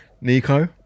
Nico